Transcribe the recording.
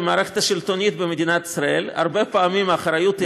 במערכת השלטונית במדינת ישראל הרבה פעמים האחריות היא עלי,